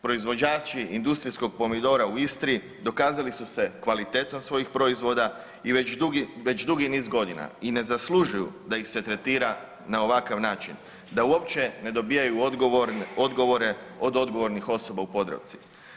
Proizvođači industrijskog pomidora u Istri dokazali su se kvalitetom svojih proizvoda već dugi niz godina i ne zaslužuju da ih se tretira na ovakav način, da uopće ne dobivaju odgovore od odgovornih osoba u Podravci.